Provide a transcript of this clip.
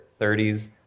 30s